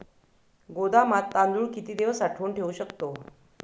गोदामात तांदूळ किती दिवस साठवून ठेवू शकतो?